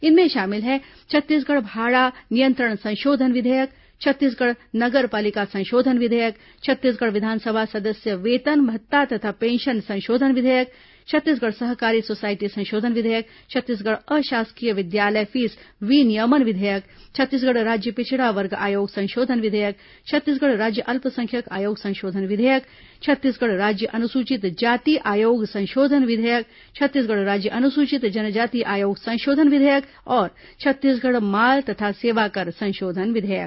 इनमें शामिल हैं छत्तीसगढ़ भाड़ा नियंत्रण संशोधन विधेयक छत्तीसगढ़ नगर पालिका संशोधन विधेयक छत्तीसगढ़ विधानसभा सदस्य वेतन भत्ता तथा पेंशन संशोधन विधेयक छत्तीसगढ़ सहकारी सोसायटी संशोधन विधयेक छत्तीसगढ़ अशासकीय विद्यालय फीस विनियमन विधेयक छत्तीसगढ़ राज्य पिछड़ा वर्ग आयोग संशोधन विधयेक छत्तीसगढ़ राज्य अल्पसंख्यक आयोग संशोधन विधयेक छत्तीसगढ़ राज्य अनुसूचित जाति आयोग संशोधन विधयेक छत्तीसगढ़ राज्य अनुसूचित जनजाति आयोग संशोधन विधयेक और छत्तीसगढ़ माल तथा सेवाकर संशोधन विधयेक